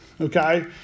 okay